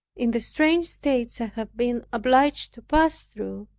in the strange states i have been obliged to pass through,